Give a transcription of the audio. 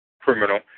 criminal